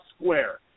square